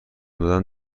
دادن